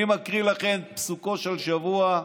אני מקריא לכם פסוקו של שבוע,